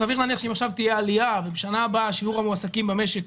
סביר להניח שאם עכשיו תהיה עלייה ובשנה הבאה שיעור המועסקים במשק